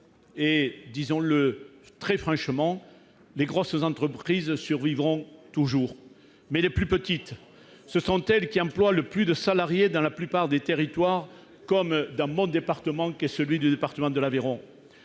Disons-le très franchement, les grosses entreprises survivront toujours. Mais des plus petites ? Ce sont elles qui emploient le plus de salariés dans la plupart des territoires, tel mon département, l'Aveyron.